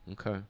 okay